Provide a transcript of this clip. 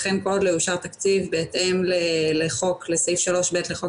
לכן כל עוד לא אושר תקציב בהתאם לסעיף 3.ב לחוק